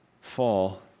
fall